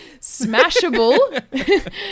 smashable